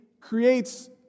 creates